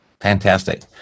Fantastic